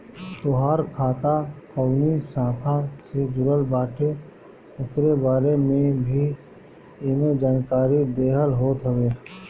तोहार खाता कवनी शाखा से जुड़ल बाटे उकरे बारे में भी एमे जानकारी देहल होत हवे